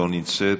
לא נמצאת,